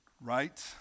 right